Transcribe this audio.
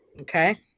Okay